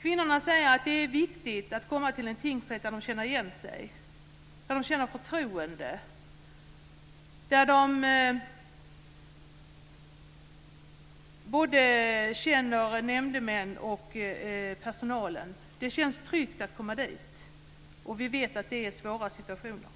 Kvinnorna säger att det är viktigt att komma till en tingsrätt där de känner igen sig, där de känner förtroende och där de känner både nämndemän och personal. Det känns tryggt att komma dit, och vi vet ju att det handlar om svåra situationer.